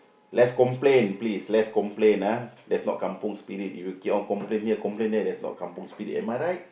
less complain please less complain ah that's not Kampung Spirit if you keep on complain here complain there that's not Kampung Spirit am I right